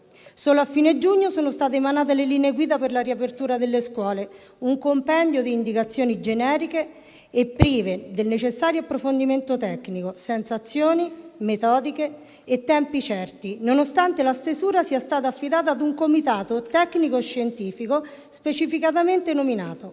Solo a fine giugno sono state emanate le linee guida per la riapertura delle scuole: un compendio di indicazioni generiche e prive del necessario approfondimento tecnico, senza azioni, metodiche e tempi certi, nonostante la stesura sia stata affidata a un comitato tecnico-scientifico specificatamente nominato.